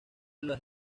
las